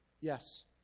Yes